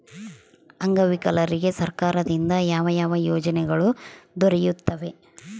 ಅಂಗವಿಕಲರಿಗೆ ಸರ್ಕಾರದಿಂದ ಯಾವ ಯಾವ ಯೋಜನೆಗಳು ದೊರೆಯುತ್ತವೆ?